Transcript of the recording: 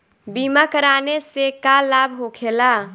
बीमा कराने से का लाभ होखेला?